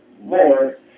more